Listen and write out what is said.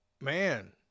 Man